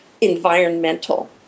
environmental